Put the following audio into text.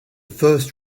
first